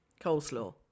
coleslaw